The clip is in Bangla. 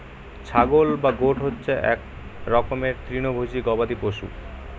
ছাগল বা গোট হচ্ছে এক রকমের তৃণভোজী গবাদি পশু